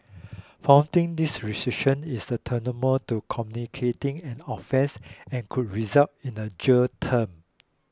flouting these restriction is a tantamount to communicating an offence and could result in a jail term